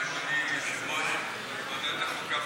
אדוני היושב-ראש של ועדת החוקה,